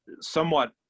somewhat